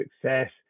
success